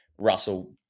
Russell